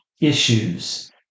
issues